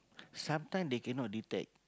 sometime they cannot detect